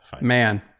man